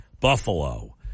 Buffalo